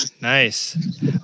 nice